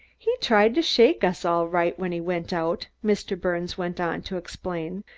he tried to shake us all right when he went out, mr. birnes went on to explain,